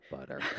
butter